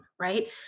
right